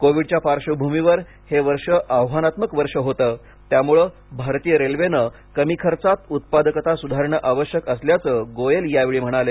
कोविडच्या पार्श्वभूमीवर हे वर्ष आव्हानात्मक वर्ष होतं त्यामुळे भारतीय रेल्वेने कमी खर्चात उत्पादकता सुधारणे आवश्यक असल्याचं गोयल यावेळी म्हणाले